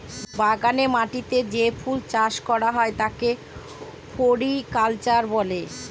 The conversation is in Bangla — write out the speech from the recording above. বাগানের মাটিতে যে ফুল চাষ করা হয় তাকে ফ্লোরিকালচার বলে